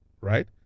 right